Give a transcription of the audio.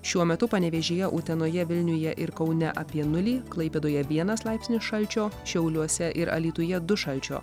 šiuo metu panevėžyje utenoje vilniuje ir kaune apie nulį klaipėdoje vienas laipsnio šalčio šiauliuose ir alytuje du šalčio